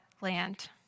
land